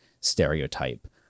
stereotype